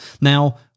Now